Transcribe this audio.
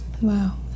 Wow